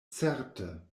certe